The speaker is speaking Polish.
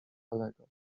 kalego